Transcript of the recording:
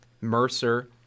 Mercer